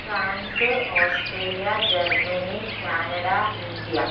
France Australia Germany Canada India